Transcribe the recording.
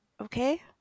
Okay